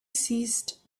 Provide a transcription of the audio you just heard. ceased